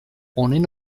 honen